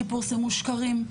שפורסמו שקרים,